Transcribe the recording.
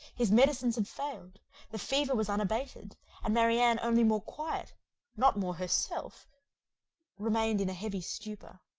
his medicines had failed the fever was unabated and marianne only more quiet not more herself remained in a heavy stupor.